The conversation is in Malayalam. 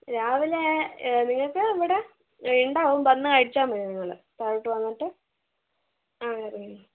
രാവിലെ നിങ്ങൾക്ക് ഇവിടെ ഉണ്ടാവും വന്നു കഴിച്ചാൽ മതി നിങ്ങൾ താഴോട്ട് വന്നിട്ട് ആഹ് അതെ